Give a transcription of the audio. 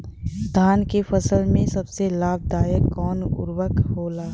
धान के फसल में सबसे लाभ दायक कवन उर्वरक होला?